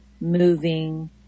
moving